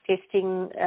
testing